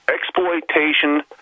exploitation